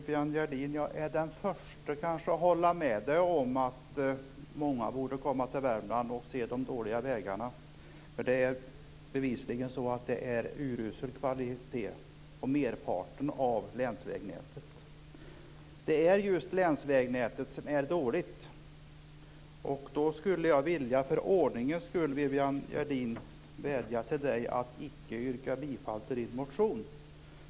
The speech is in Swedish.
Fru talman! Jag är den förste att hålla med Viviann Gerdin om att många borde komma till Värmland och se de dåliga vägarna. Det är bevisligen urusel kvalitet på merparten av länsvägnätet. Det är just länsvägnätet som är dåligt. Då skulle jag för ordningens skull vilja vädja till Viviann Gerdin att icke yrka bifall till sin motion.